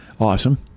Awesome